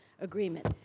agreement